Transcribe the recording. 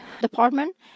department